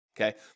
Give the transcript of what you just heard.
Okay